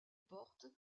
porte